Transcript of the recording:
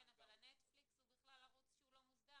כן, אבל הנטפליקס הוא בכלל ערוץ שהוא לא מוסדר.